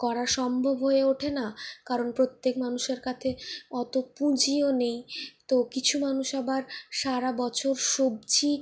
করা সম্ভব হয়ে ওঠে না কারণ প্রত্যেক মানুষের কাছে অত পুঁজিও নেই তো কিছু মানুষ আবার সারা বছর সবজি